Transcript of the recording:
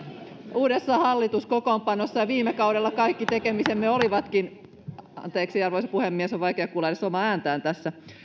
uudessa hallituskokoonpanossa ja viime kaudella kaikki tekemisemme olivatkin anteeksi arvoisa puhemies on vaikea kuulla edes omaa ääntään tässä